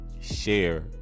share